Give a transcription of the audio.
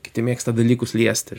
kiti mėgsta dalykus liesti